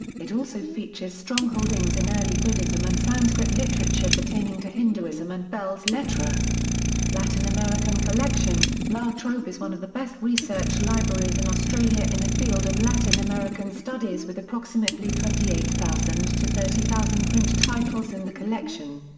it also features strong holdings in early buddhism and sanskrit literature pertaining to hinduism and belles-lettres. latin american collection la trobe is one of the best research libraries in australia in the field of latin american studies with approximately twenty eight thousand to thirty thousand print titles in the collection.